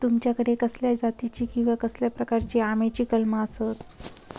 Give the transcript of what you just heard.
तुमच्याकडे कसल्या जातीची किवा कसल्या प्रकाराची आम्याची कलमा आसत?